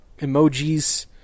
emojis